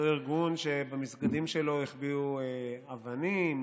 אותו ארגון שבמסגדים שלו החביאו אבנים,